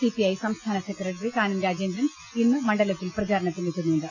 CPI സംസ്ഥാന secretary Kanam Rajendran ഇന്ന് മണ്ഡലത്തിൽ പ്രചാരണത്തിന് എത്തുന്നുണ്ട്